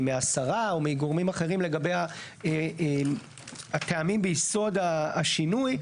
מהשרה או מגורמים אחרים לגבי הטעמים ביסוד השינוי.